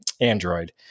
Android